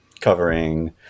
covering